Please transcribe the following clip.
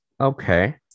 Okay